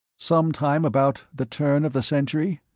some time about the turn of the century.